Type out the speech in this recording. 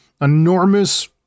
enormous